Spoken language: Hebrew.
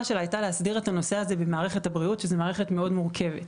שלה הייתה להסדיר את הנושא הזה במערכת הבריאות שזו מערכת מאוד מורכבת.